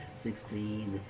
sixteen,